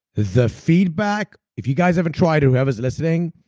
the feedback, if you guys ever try it whoever's listening,